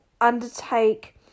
undertake